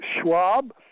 Schwab